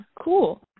cool